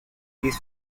these